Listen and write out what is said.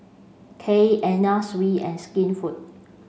Kiehl Anna Sui and Skinfood